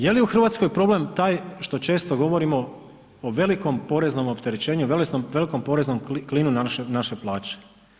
Je li u Hrvatskoj problem taj što često govorimo o velikom poreznom opterećenju i velikom poreznom klinu naše plaće?